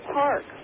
park